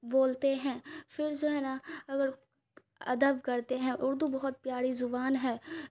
بولتے ہیں پھر جو ہے نا اگر ادب کرتے ہیں اردو بہت پیاری زبان ہے